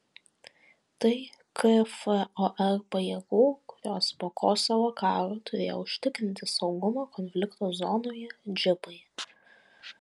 tai kfor pajėgų kurios po kosovo karo turėjo užtikrinti saugumą konflikto zonoje džipai